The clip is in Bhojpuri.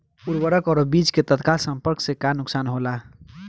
उर्वरक और बीज के तत्काल संपर्क से का नुकसान होला?